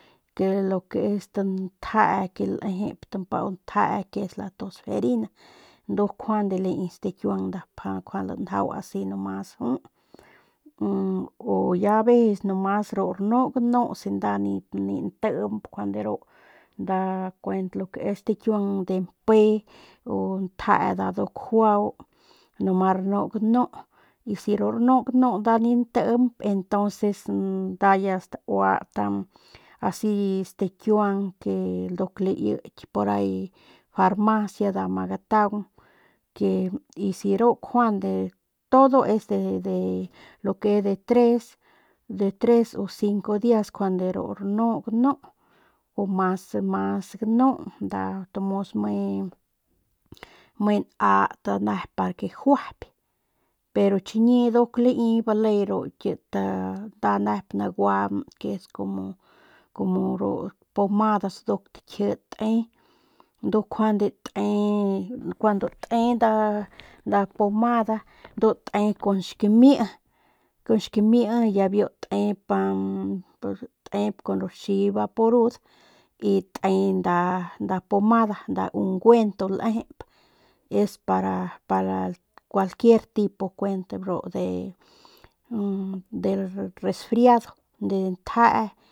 Kit lo que es ti ntjee lejep ti mpau njee que es la tosfereina ndu njuande lai stakiuang nda pa lanjau asi nomas ju o ya veces nomas por rnu ganu si nda ni ntiip njuande ru nda kuent lo que es stakiuang de mpe u nje ru nduk juau noma rnu ganu nda ni ntiimp entonces nda ya stauat asi stakiuang y nduk laiky porahi farmacia nda ma gataung que si ru njuande todo lo que es es de de tres tres o cinco dias juande ru rnu ganu o mas mas ganunda tomos me nat nda nep ke gajuyp pero chiñi nduk lai bale ru kit nda nep laguan como ru pomadas nduk takji te ndu juande te cuando te nda nda pomada ndu te kun xkamii kun xkamii y ya biu tep aa tepa kun ru raxi vaporub y te nda pomada nda ungüento lejep es para para cualquier tipo kuent del resfriado de njee.